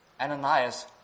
Ananias